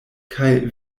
kaj